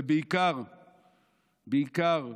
ובעיקר בעיקר,